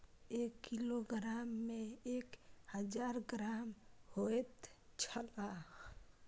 एक किलोग्राम में एक हजार ग्राम होयत छला